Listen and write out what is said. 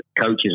coaches